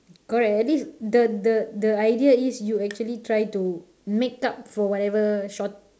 correct at least the the the idea is you actually try to make up for whatever short